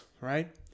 right